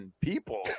people